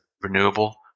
renewable